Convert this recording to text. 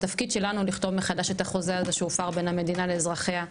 לכתוב מחדש את החוזה שהופר בין המדינה לאזרחיה.